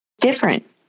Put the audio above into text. different